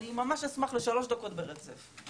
אני ממש אשמח לשלוש דקות ברצף.